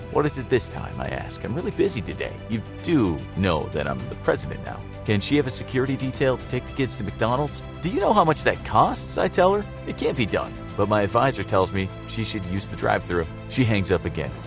what's it this time, i ask, i'm really busy today. you do know i'm the president now. can she have a security detail to take the kids to mcdonalds? do you know how much that costs? i tell her. it can't be done, but my advisor tells me she should use the drive-through. she hangs up again.